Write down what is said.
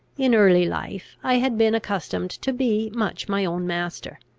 in early life i had been accustomed to be much my own master.